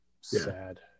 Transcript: sad